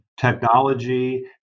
technology